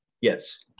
Yes